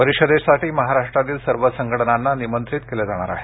परिषदेसाठी महाराष्ट्रातील सर्व संघटनांना निमंत्रित केलं जाणार आहे